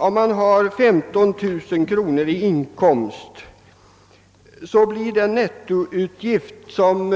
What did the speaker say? Om man har 15 000 kronor i inkomst, blir den nettoutgift som